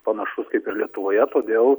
panašus kaip ir lietuvoje todėl